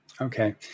Okay